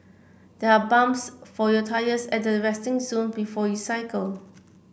there are pumps for your tyres at the resting zone before you cycle